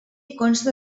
consta